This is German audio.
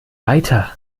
weiter